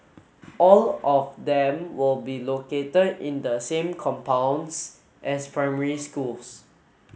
all of them will be located in the same compounds as primary schools